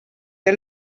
der